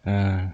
uh